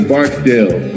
Barkdale